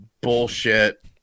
bullshit